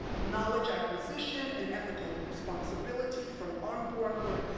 knowledge acquisition and ethical responsibility from unbornhood,